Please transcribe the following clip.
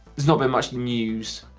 there's not been much news.